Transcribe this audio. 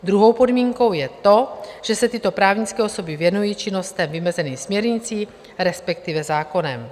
Druhou podmínkou je to, že se tyto právnické osoby věnují činnostem vymezeným směrnicí, respektive zákonem.